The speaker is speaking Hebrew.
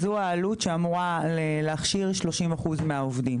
זו העלות שאמורה להכשיר 30% מהעובדים.